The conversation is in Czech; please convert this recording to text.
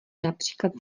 například